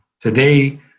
today